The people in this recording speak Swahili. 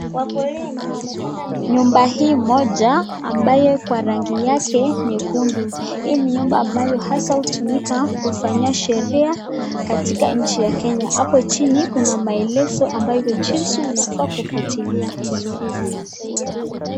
Nyumba hii moja ambayo kwa rangi yake nyekundu. Hii ni nyumba ambayo hasa hutumika kufanyia sheria katika nchi ya Kenya. Hapo chini kuna maelezo ambayo jinsi unafaa kufuatilia.